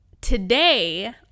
today